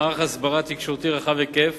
מערך הסברה תקשורתי רחב היקף